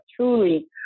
truly